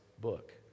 book